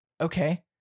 okay